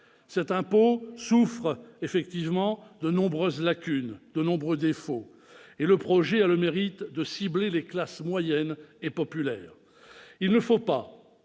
Cet impôt souffre effectivement de nombreuses lacunes et défauts et le projet a le mérite de cibler les classes moyennes et populaires. Il ne faut pas